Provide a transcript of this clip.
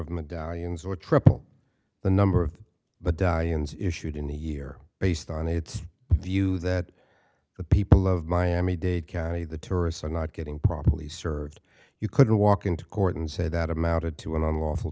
of medallions or triple the number of but dion's issued in the year based on its view that the people of miami dade county the tourists are not getting properly served you could walk into court and said that amounted to an unlawful